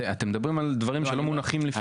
אתם מדברים על דברים שלא מונחים לפנינו.